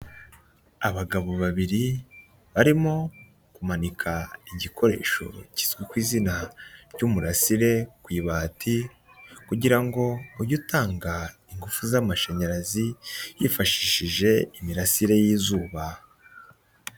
Abagabo babiri barimo kumanika igikoresho kizwi ku izina ry'umurasire ku ibati, kugira ngo ujye utanga ingufu z'amashanyarazi wifashishije imirasire y'izuba.